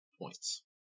points